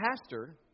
pastor